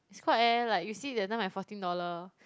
is quite leh like you see that time my fourteen dollar